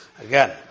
Again